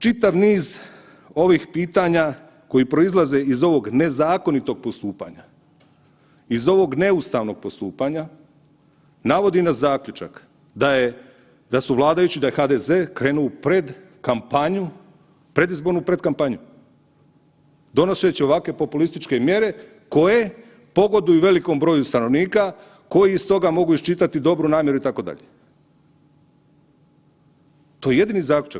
Čitav niz ovih pitanja koja proizlaze iz ovog nezakonitog postupanja, iz ovog neustavnog postupanja navodi na zaključak da su vladajući, da je HDZ krenuo u predkampanju, predizbornu predkampanju donoseći ovakve populističke mjere koje pogoduju velikom broju stanovnika, koji iz toga mogu iščitati dobru namjeru itd. to je jedini zaključak.